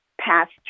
past